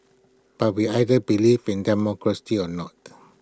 but we either believe in democracy or not